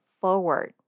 forward